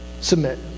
Submit